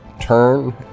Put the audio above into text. Turn